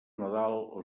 nadal